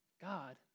God